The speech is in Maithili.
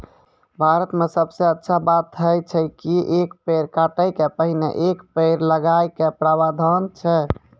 भारत मॅ सबसॅ अच्छा बात है छै कि एक पेड़ काटै के पहिने एक पेड़ लगाय के प्रावधान छै